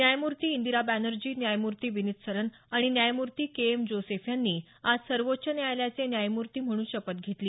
न्यायमूर्ती इंदिरा बॅनर्जी न्यायमूर्ती विनित सरन आणि न्यायमूर्ती के एम जोसेफ यांनी आज सर्वोच्च न्यायालयाचे न्यायमूर्ती म्हणून शपथ घेतली